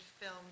film